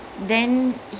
mm